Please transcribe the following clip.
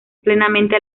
plenamente